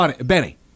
Benny